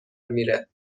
میره